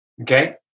Okay